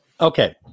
Okay